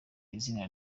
izina